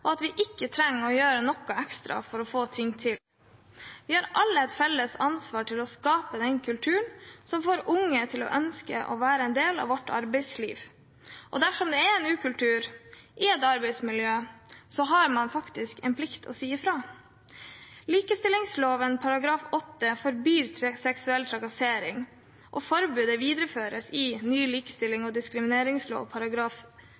og at vi ikke trenger å gjøre noe ekstra for å få ting til. Vi har alle et felles ansvar for å skape den kulturen som får unge til å ønske å være en del av vårt arbeidsliv. Dersom det er en ukultur i et arbeidsmiljø, har man faktisk en plikt til å si ifra. Likestillingsloven § 8 forbyr seksuell trakassering, og forbudet videreføres i ny